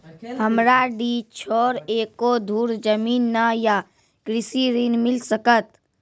हमरा डीह छोर एको धुर जमीन न या कृषि ऋण मिल सकत?